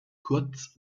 kurz